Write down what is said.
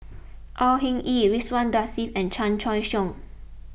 Au Hing Yee Ridzwan Dzafir and Chan Choy Siong